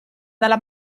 dalla